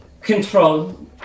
control